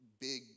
big